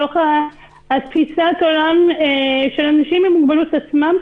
מתוך תפישת העולם של אנשים עם מוגבלות עצמם,